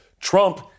Trump